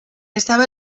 estava